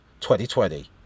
2020